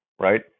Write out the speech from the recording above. right